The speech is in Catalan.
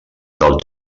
del